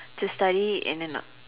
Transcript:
to study in an